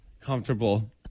Comfortable